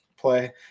play